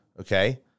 Okay